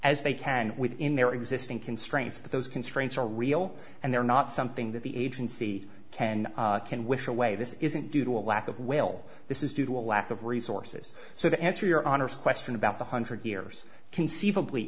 as they can within their existing constraints but those constraints are real and they're not something that the agency can can wish away this isn't due to a lack of will this is due to a lack of resources so the answer your honor's question about one hundred years conceivably